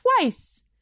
twice